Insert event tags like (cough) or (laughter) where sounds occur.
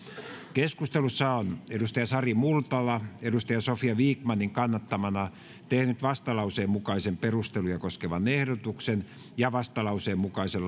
keskustelussa on sari multala sofia vikmanin kannattamana tehnyt vastalauseen mukaisen perusteluja koskevan ehdotuksen ja vastalauseen mukaisen (unintelligible)